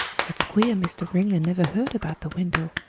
it's queer mr. ringley never heard about the window,